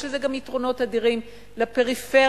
יש לזה גם יתרונות אדירים לפריפריה,